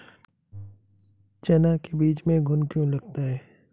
चना के बीज में घुन क्यो लगता है?